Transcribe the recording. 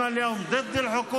לכן היום אנו הצבענו נגד הממשלה,